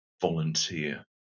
volunteer